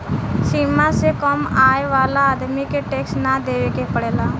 सीमा से कम आय वाला आदमी के टैक्स ना देवेके पड़ेला